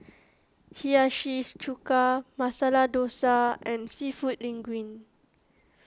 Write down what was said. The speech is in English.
Hiyashi Chuka Masala Dosa and Seafood Linguine